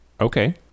Okay